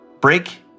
Break